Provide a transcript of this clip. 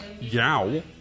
yow